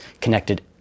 connected